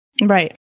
Right